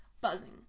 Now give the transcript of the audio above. Buzzing